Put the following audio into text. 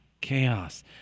Chaos